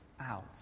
out